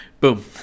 boom